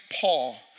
Paul